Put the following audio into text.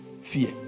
fear